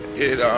it,